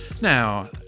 Now